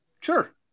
Sure